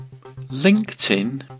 LinkedIn